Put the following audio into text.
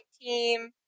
team